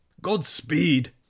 godspeed